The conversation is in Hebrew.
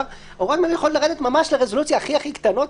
הוראות מנהל יכולות לרדת לרזולוציות הכי קטנות,